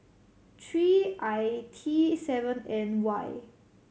three I T seven N Y